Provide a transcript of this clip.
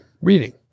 reading